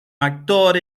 actor